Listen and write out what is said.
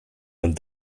and